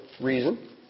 reason